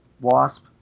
wasp